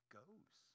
goes